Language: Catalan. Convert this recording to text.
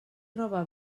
roba